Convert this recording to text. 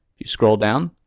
you scroll down.